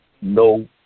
no